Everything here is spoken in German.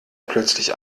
plötzlich